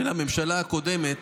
של הממשלה הקודמת,